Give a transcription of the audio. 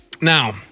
Now